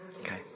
Okay